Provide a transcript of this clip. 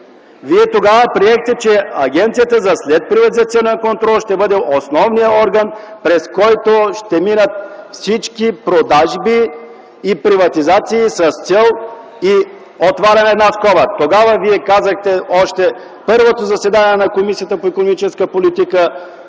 Вие тогава приехте, че Агенцията за следприватизационен контрол ще бъде основният орган, през който ще минат всички продажби и приватизации. Отварям една скоба, тогава, още на първото заседание на Комисията по икономическа политика,